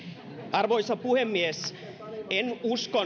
arvoisa puhemies en